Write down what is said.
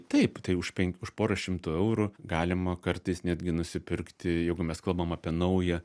taip tai už pen už porą šimtų eurų galima kartais netgi nusipirkti jeigu mes kalbam apie naują